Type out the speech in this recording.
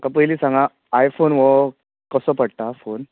म्हाका पयलीं सांगांत आयफोन हो कसो पडटा फोन